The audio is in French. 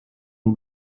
ont